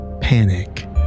Panic